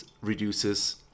reduces